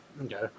Okay